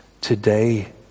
Today